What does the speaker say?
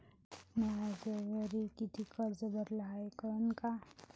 म्या आजवरी कितीक कर्ज भरलं हाय कळन का?